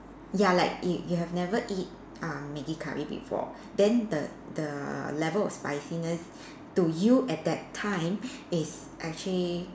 ya like you you have never eat uh Maggi curry before then the the level of spiciness to you at that time is actually